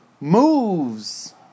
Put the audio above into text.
moves